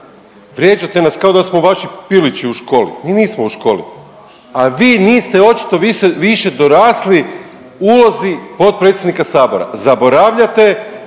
vrijeđate nas kao da smo vaši pilići u školi, mi nismo u školi, a vi niste očito više dorasli ulozi potpredsjednika Sabora. Zaboravljate,